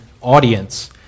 audience